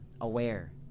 aware